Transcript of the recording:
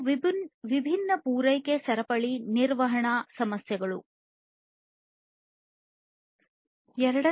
ಇವು ವಿಭಿನ್ನ ಪೂರೈಕೆ ಸರಪಳಿ ನಿರ್ವಹಣಾ ಸಮಸ್ಯೆಗಳು ಆಗಿವೆ